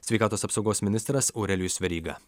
sveikatos apsaugos ministras aurelijus veryga